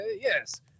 yes